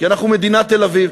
כי אנחנו מדינת תל-אביב.